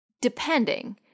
Depending